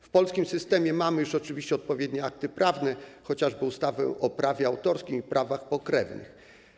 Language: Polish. W polskim systemie mamy już oczywiście odpowiednie akty prawne, chociażby ustawę o prawie autorskim i prawach pokrewnych.